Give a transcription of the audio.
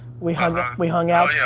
we hung we hung out. yeah